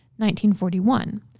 1941